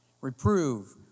Reprove